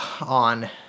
on